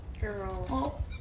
Girl